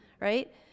right